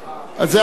זה לא הקטע,